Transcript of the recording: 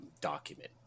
document